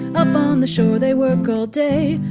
up on the shore they work all day,